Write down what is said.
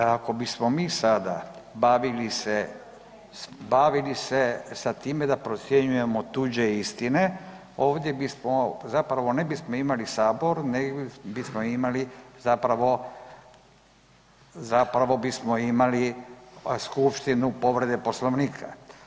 Ako bismo mi sada bavili se sa time da procjenjujemo tuđe istine, ovdje bismo zapravo, ne bismo imali Sabor nego bismo imali zapravo, zapravo bismo imali skupštinu povrede Poslovnika.